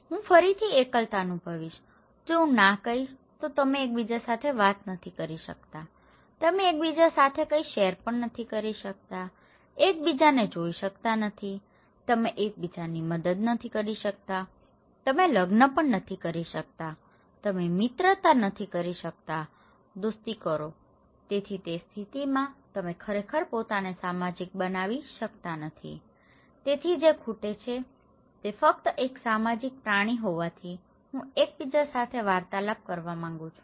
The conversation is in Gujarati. હું ફરીથી એકલતા અનુભવીશ જો હું ના કહીશ તો તમે એકબીજા સાથે વાત કરી શકતા નથી તમે એકબીજા સાથે કંઈપણ શેર કરી શકતા નથી એકબીજાને જોઈ શકતા નથી તમે એકબીજાને મદદ કરી શકતા નથી તમે લગ્ન કરી શકતા નથી તમે મિત્રતા કરી શકતા નથી દોસ્તી કરો તેથી તે સ્થિતિમાં તમે ખરેખર પોતાને સામાજિક બનાવી શકતા નથી તેથી જે ખૂટે છે તે ફક્ત એક સામાજિક પ્રાણી હોવાથી હું એકબીજા સાથે વાર્તાલાપ કરવા માંગુ છું